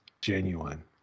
genuine